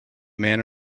man